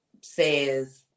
says